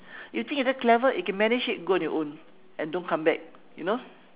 you think you that clever you can manage it go on your own and don't come back you know